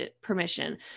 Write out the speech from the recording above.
permission